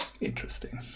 interesting